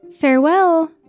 Farewell